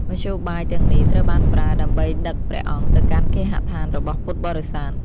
មធ្យោបាយទាំងនេះ ត្រូវបានប្រើ ដើម្បីដឹកព្រះអង្គទៅកាន់គេហដ្ឋានរបស់ពុទ្ធបរិស័ទ។